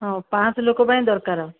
ହଁ ପାଞ୍ଚଶହ ଲୋକ ପାଇଁ ଦରକାର